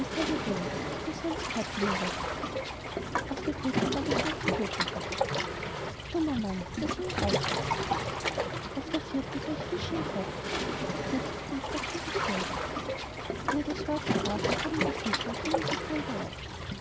skorzenerwurzel auf der dritten lag ein haufen todtenköpfe dummer mann das waren krautköpfe auf der vierten sah ich fische im kochtopf die britzelten und kochten sich selber wie er das wort sprach kamen die fische und trugen sich selber auf